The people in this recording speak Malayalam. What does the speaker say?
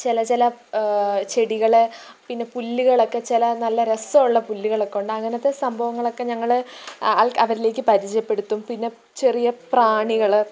ചില ചില ചെടികള് പിന്നെ പുല്ലുകളൊക്കെ ചില നല്ല രസമുള്ള പുല്ലുകളൊക്കെയുണ്ട് അങ്ങനത്തെ സംഭവങ്ങളൊക്കെ ഞങ്ങള് ആൾ അവരിലേക്ക് പരിചയപ്പെടുത്തും പിന്നെ ചെറിയ പ്രാണികള്